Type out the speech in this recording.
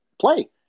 play